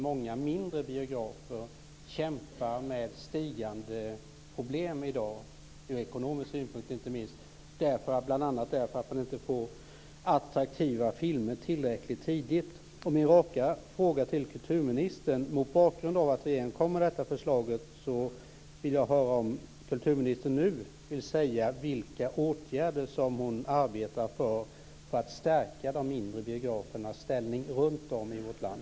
Många mindre biografer kämpar med stigande ekonomiska problem bl.a. därför att de inte får attraktiva filmer tillräckligt snabbt. Jag har en rak fråga till kulturministern. Mot bakgrund av att det kommer ett sådant förslag från regeringen vill jag höra om kulturministern nu kan säga vilka åtgärder som hon arbetar med för att stärka de mindre biografernas ställning runtom i vårt land.